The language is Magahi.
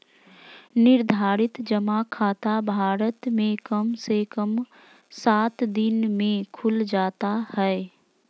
निर्धारित जमा खाता भारत मे कम से कम सात दिन मे खुल जाता हय